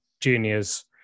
juniors